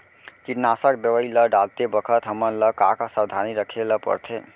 कीटनाशक दवई ल डालते बखत हमन ल का का सावधानी रखें ल पड़थे?